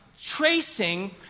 tracing